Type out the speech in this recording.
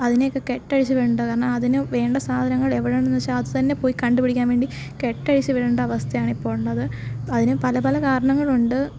അതിനെയൊക്കെ കെട്ടഴിച്ച് വിടേണ്ടതാണ് അതിന് വേണ്ട സാധനങ്ങള് എവിടെ ഉണ്ടെന്നു വച്ചാൽ അത് തന്നെ പോയി കണ്ടു പിടിക്കാന് വേണ്ടി കെട്ടഴിച്ചു വിടേണ്ട അവസ്ഥയാണ് ഇപ്പോൾ ഉള്ളത് അതിന് പല പല കാരണങ്ങളുണ്ട്